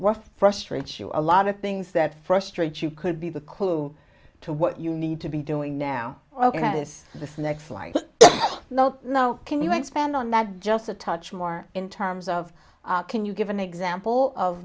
what frustrates you a lot of things that frustrate you could be the clue to what you need to be doing now ok this is a snack slightly no no can you expand on that just a touch more in terms of can you give an example of